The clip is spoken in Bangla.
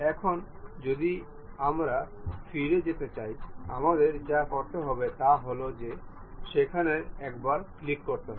এখন যদি আমরা ফিরে যেতে চাই আমাদের যা করতে হবে তা হল যে সেখানে একবার ক্লিক করতে হবে